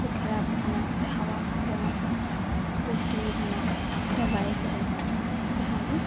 ᱥᱮ ᱠᱷᱟᱨᱟᱯᱟᱠᱟᱱᱟ ᱥᱮ ᱦᱟᱣᱟ ᱠᱚᱢᱟᱠᱟᱱᱟ ᱥᱠᱩᱴᱤᱨᱮᱱᱟᱜ ᱭᱟ ᱵᱟᱭᱤᱠ ᱨᱮᱱᱟᱜ ᱡᱟᱦᱟᱜᱮ